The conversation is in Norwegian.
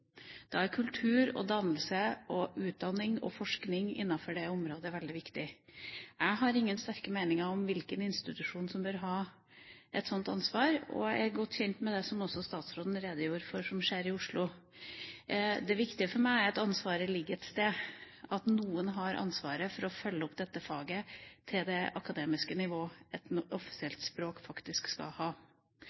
Da er kultur, dannelse, utdanning og forskning innenfor det området veldig viktig. Jeg har ingen sterke meninger om hvilken institusjon som bør ha et sånt ansvar. Jeg er godt kjent med det som skjer i Oslo – som også statsråden redegjorde for. Det viktige for meg er at ansvaret ligger et sted, at noen har ansvaret for å følge opp dette faget til det akademiske nivå som et offisielt språk faktisk skal ha.